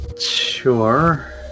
Sure